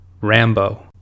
Rambo